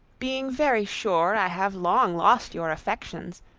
being very sure i have long lost your affections,